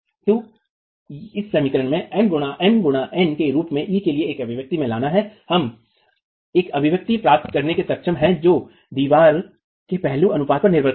तो इस समीकरण में M गुणा N के रूप में e के लिए एक अभिव्यक्ति में लाना है हम एक अभिव्यक्ति प्राप्त करने में सक्षम हैं जो अब दीवार के पहलू अनुपात पर निर्भर करती है